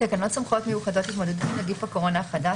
"תקנות סמכויות מיוחדות להתמודדות עם נגיף הקורונה החדש